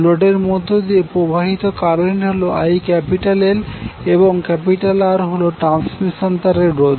লোডের মধ্য দিয়ে প্রবাহিত কারেন্ট হল ILএবং R হল ট্রান্সমিশন তারের রোধ